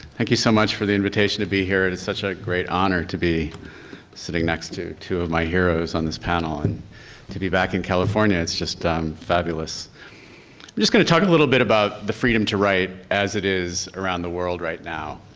thank you so much for the invitation to be here. it is such a great honor to be sitting next to two of my heroes on this panel and to be back in california, it's just fabulous. i'm just gonna talk a little bit about the freedom to write as it is around the world right now,